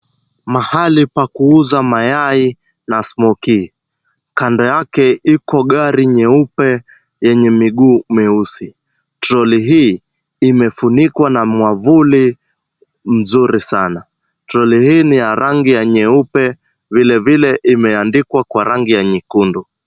Mahali pa kuuza mayai na smokie . Kando yake iko gari nyeupe yenye miguu meusi. Trolley hii imefunikwa na mwavuli mzuri sana. Trolley hii ni ya rangi ya nyeupe vilevile imeandikwa kwa rangi ya nyekundu.